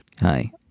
Hi